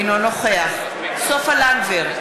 אינו נוכח סופה לנדבר,